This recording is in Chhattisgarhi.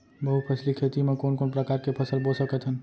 बहुफसली खेती मा कोन कोन प्रकार के फसल बो सकत हन?